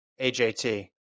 AJT